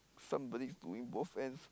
somebody's doing both ends